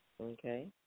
Okay